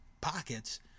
pockets